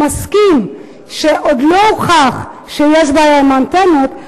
מסכים שעוד לא הוכח שיש בעיה עם האנטנות,